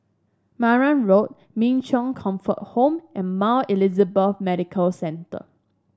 Marang Road Min Chong Comfort Home and Mount Elizabeth Medical Centre